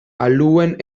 aluen